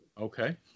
Okay